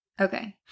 Okay